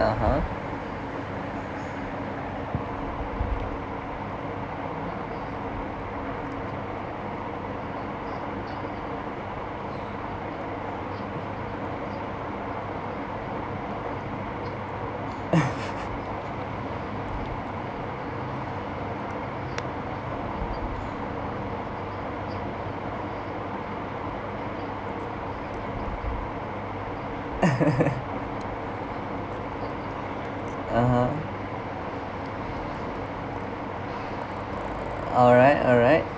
(uh huh) (uh huh) alright alright